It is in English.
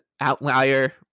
outlier